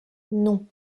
non